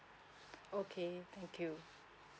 okay thank you